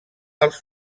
als